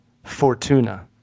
Fortuna